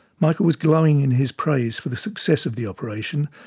michael was glowing in his praise for the success of the operation.